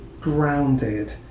grounded